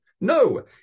No